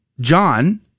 John